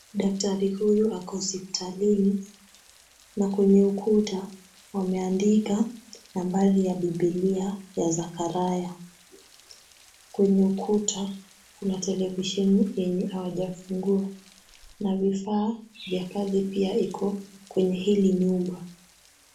Daktari huyu ako hospitalini na kwenye ukuta wameandika nambari ya biblia ya Zechariah. Kwenye ukuta kuna televisheni yenye hawajafungua na vifaa vya kazi pia iko kwenye hili nyumba.